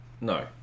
No